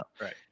Right